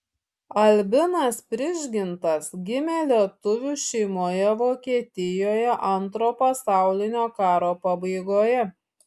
albinas prižgintas gimė lietuvių šeimoje vokietijoje antro pasaulinio karo pabaigoje